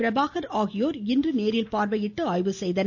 பிரபாகர் ஆகியோர் இன்று நேரில் பார்வையிட்டு ஆய்வு செய்தனர்